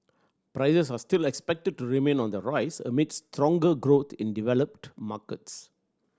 prices are still expected to remain on the rise amid stronger growth in developed markets